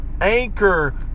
Anchor